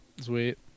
sweet